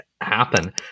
happen